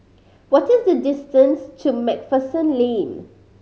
what is the distance to Macpherson Lane